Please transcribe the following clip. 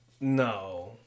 no